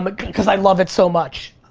but cause i love it so much!